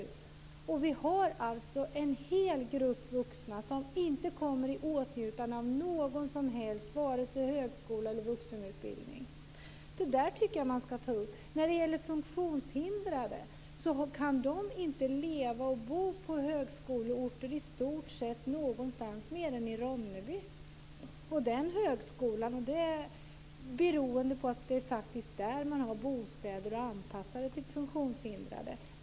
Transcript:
Vi har alltså en hel grupp vuxna som inte kommer i åtnjutande av någon som helst utbildning, vare sig högskola eller vuxenutbildning. Det tycker jag att man skall ta upp. Funktionshindrade kan inte leva och bo på högskoleorter i stort sett någonstans mer än på högskolan i Ronneby, beroende på att det faktiskt är där man har bostäder anpassade till funktionshindrade.